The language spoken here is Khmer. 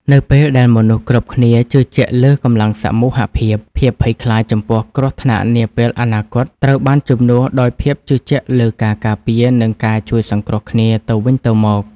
នៅពេលដែលមនុស្សគ្រប់គ្នាជឿជាក់លើកម្លាំងសមូហភាព ភាពភ័យខ្លាចចំពោះគ្រោះថ្នាក់នាពេលអនាគតត្រូវបានជំនួសដោយភាពជឿជាក់លើការការពារ និងការជួយសង្គ្រោះគ្នាទៅវិញទៅមក។